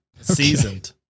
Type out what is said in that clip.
Seasoned